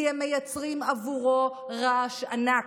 כי הם מייצרים עבורו רעש ענק.